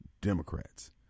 Democrats